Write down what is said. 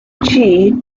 chi